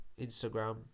Instagram